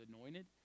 anointed